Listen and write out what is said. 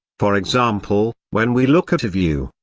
for example, when we look at a view,